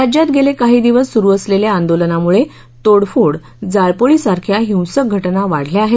राज्यात गेले काही दिवस सुरू असलेल्या आंदोलनामुळे तोडफोड जाळपोळीसारख्या हिंसक घटना वाढल्या आहेत